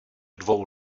dvou